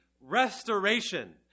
restoration